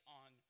on